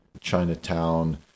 Chinatown